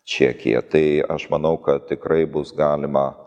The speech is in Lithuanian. čekija tai aš manau kad tikrai bus galima